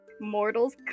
mortals